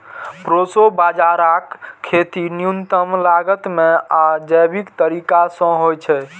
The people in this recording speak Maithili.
प्रोसो बाजाराक खेती न्यूनतम लागत मे आ जैविक तरीका सं होइ छै